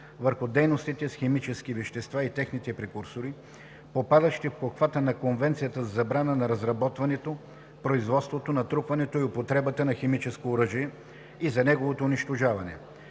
върху дейностите с химически вещества и техните прекурсори, попадащи в обхвата на Конвенцията за забрана на разработването, производството, натрупването и употребата на химическо оръжие и за неговото унищожаване.